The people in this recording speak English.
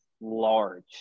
large